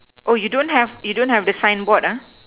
oh you don't have you don't have the sign board uh